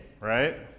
right